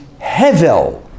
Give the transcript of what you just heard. Hevel